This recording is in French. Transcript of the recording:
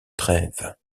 trêve